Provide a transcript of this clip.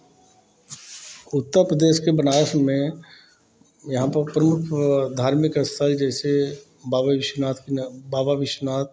उत्तरप्रदेश के बनारस में यहाँ पर प्रमुख धार्मिक स्थल जैसे बाबा विश्वनाथ की न बाबा विश्वनाथ